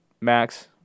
Max